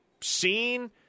seen